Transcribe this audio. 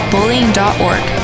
Bullying.org